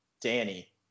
Danny